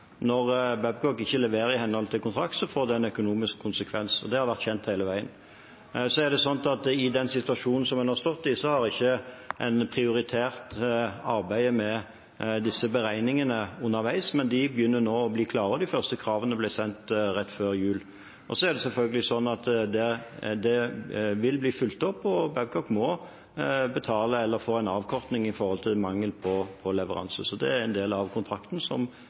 Når Babcock ikke leverer i henhold til kontrakt, får det en økonomisk konsekvens, og det har vært kjent hele veien. Så er det sånn at i den situasjonen en har stått i, har en ikke prioritert arbeidet med disse beregningene underveis. De begynner nå å bli klare, og de første kravene ble sendt rett før jul. De vil selvfølgelig bli fulgt opp, og Babcock må betale eller få en avkorting i henhold til mangel på leveranse. Det er en del av kontrakten som